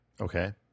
Okay